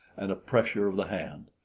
and a pressure of the hand.